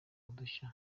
udushya